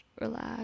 relax